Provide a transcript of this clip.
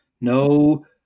no